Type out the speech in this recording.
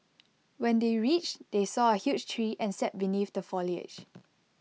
when they reached they saw A huge tree and sat beneath the foliage